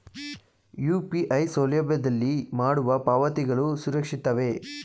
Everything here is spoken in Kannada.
ಯು.ಪಿ.ಐ ಸೌಲಭ್ಯದಲ್ಲಿ ಮಾಡುವ ಪಾವತಿಗಳು ಸುರಕ್ಷಿತವೇ?